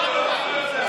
הוא אמר: לא יודע.